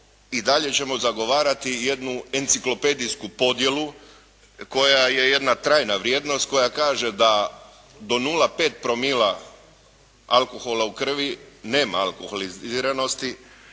i dalje ćemo zagovarati jednu enciklopedijsku podjelu koja je jedna trajna vrijednost koja kaže da do 0,5 promila alkohola u krvi nema alkoholiziranosti,